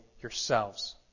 yourselves